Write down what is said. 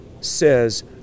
says